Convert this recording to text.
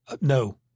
no